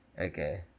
okay